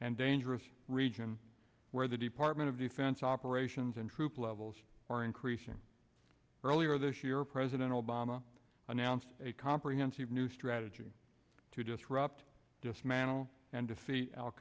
and dangerous region where the department of defense operations and troop levels are increasing earlier this year president obama announced a comprehensive new strategy to disrupt dismantle and defeat al